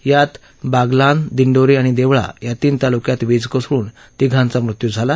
यात बागलाण दिंडोरी आणि देवळा या तीन तालुक्यांत वीज कोसळून तिघांचा मृत्यू झाला